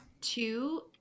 two